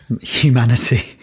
humanity